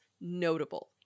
notable